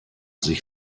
sich